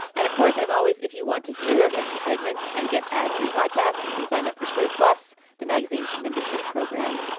and of course, as always, if you want to hear those extra segments and get ad free podcast, you can sign up for slate, plus the magazine's membership program.